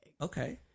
Okay